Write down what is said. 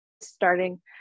starting